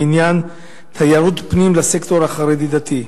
בעניין תיירות פנים לסקטור החרדי-דתי.